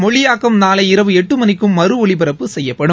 மொழியாக்கம் நாளை இரவு எட்டு மணிக்கும் மறுஒலிபரப்பு செய்யப்படும்